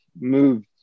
moved